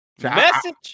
Message